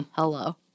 Hello